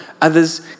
others